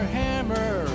hammer